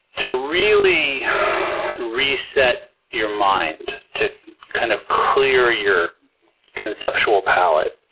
to really reset your mind, to kind of clear your conceptual palette,